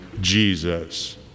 Jesus